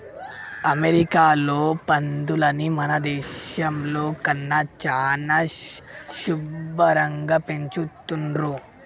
అమెరికాలో పందులని మన దేశంలో కన్నా చానా శుభ్భరంగా పెంచుతున్రు